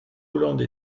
hollande